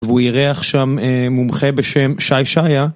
והוא אירח שם מומחה בשם שי שעיה